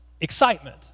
excitement